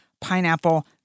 Pineapple